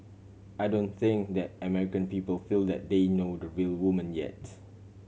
I don't think that American people feel that they know the real woman yet